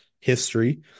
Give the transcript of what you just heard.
history